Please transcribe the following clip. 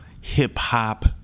hip-hop